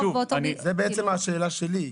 זו בעצם השאלה שלי.